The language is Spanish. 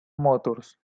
motors